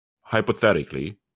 hypothetically